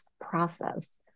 process